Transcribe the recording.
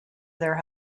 their